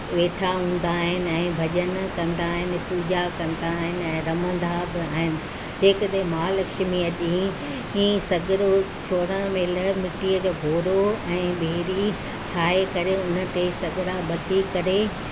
वेठा हूंदा आहिनि ऐं भॼन कंदा आहिनि पूॼा कंदा आहिनि ऐं रमंदा बि आहिनि जेकॾहिं महालक्ष्मीअ ॾींहं ईं सघिड़ो छोड़ण महिल मिटीअ जो घोरो ऐं ॿेरी ठाहे करे उन ते सघिड़ा ॿधी करे